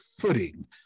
footing